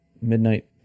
Midnight